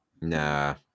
Nah